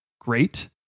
great